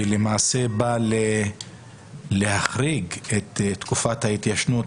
שלמעשה בא להחריג את תקופת ההתיישנות